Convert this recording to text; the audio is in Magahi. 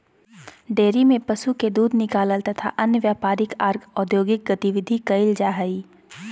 डेयरी में पशु के दूध निकालल तथा अन्य व्यापारिक आर औद्योगिक गतिविधि कईल जा हई